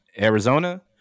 Arizona